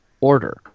Order